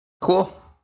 Cool